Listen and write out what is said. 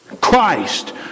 Christ